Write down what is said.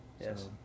Yes